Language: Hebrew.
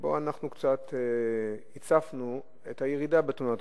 שפה אנחנו קצת הצפנו את הירידה בתאונות הדרכים.